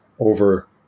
over